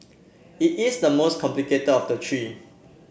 it is the most complicated of the three